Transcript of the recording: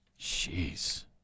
Jeez